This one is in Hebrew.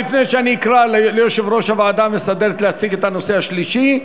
לפני שאני אקרא ליושב-ראש הוועדה המסדרת להציג את הנושא השלישי,